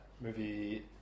movie